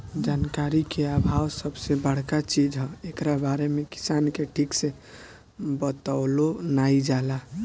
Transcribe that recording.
जानकारी के आभाव सबसे बड़का चीज हअ, एकरा बारे में किसान के ठीक से बतवलो नाइ जाला